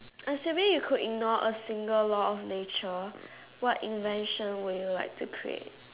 assuming you could ignore a single law of nature what invention would like to create